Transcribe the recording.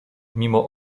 mimo